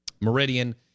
Meridian